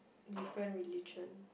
different religion